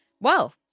Wow